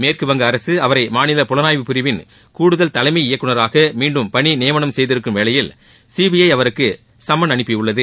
மேற்குவங்க அரசு அவரை மாநில புலனாய்வுப் பிரிவின் கூடுதல் தலைமை இயக்குநராக மீண்டும் பணி நியமனம் செய்திருக்கும் வேளையில் சிபிஜ அவருக்கு சம்மன் அனுப்பி உள்ளது